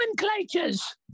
nomenclatures